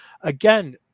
again